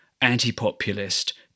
anti-populist